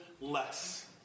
less